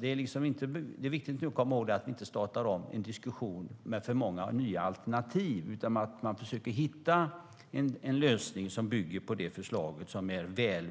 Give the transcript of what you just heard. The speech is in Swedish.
Det är viktigt att komma ihåg att vi inte startar om en diskussion med för många nya alternativ utan att vi försöker hitta en lösning som bygger på det förslag som har